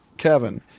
kevin.